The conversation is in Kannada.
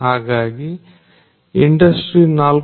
ಹಾಗಾಗಿ ಇಂಡಸ್ಟ್ರಿ 4